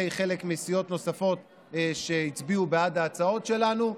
חלק מסיעות נוספות שהצביעו בעד ההצעות שלנו,